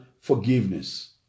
forgiveness